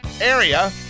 area